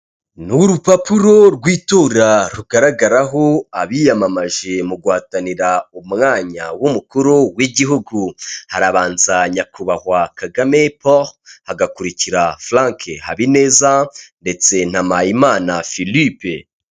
Ni urupapuro rw'itora rugaragaraho abiyamamaje mu guhatanira umwanya w'umukuru w'igihugu, harabanza Nyakubahwa KAGAME Paul, hagakurikira Frank HABINEZA ndetse na MPAYIMANA Philippe.